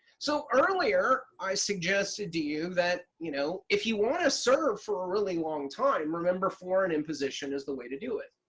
so earlier i suggested to you that you know if you want to serve for a really long time, remember foreign imposition is the way to do it.